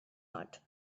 not